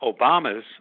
Obama's